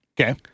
Okay